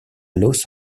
los